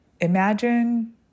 Imagine